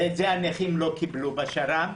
ואת זה הנכים לא קיבלו בשר"ם.